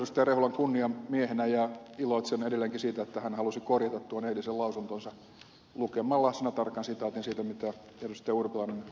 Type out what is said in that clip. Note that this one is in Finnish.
rehulan kunnian miehenä ja iloitsen edelleenkin siitä että hän halusi korjata tuon eilisen lausuntonsa lukemalla sanatarkan sitaatin siitä mitä ed